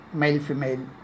male-female